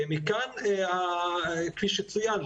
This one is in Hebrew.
כפי שצוין,